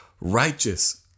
Righteous